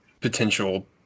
potential